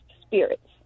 spirits